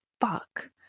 fuck